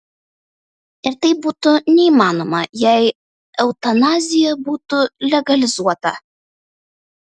ir tai būtų neįmanoma jei eutanazija būtų legalizuota